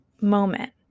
moment